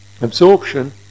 absorption